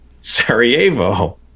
Sarajevo